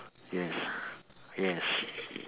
yes yes